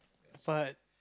but